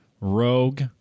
rogue